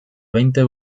veinte